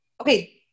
Okay